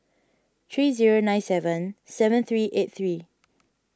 three zero nine seven seven three eight three